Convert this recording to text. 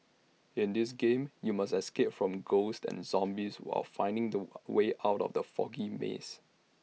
in this game you must escape from ghosts and zombies while finding the way out of the foggy maze